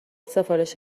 سفارش